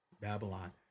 Babylon